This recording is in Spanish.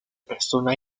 persona